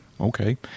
okay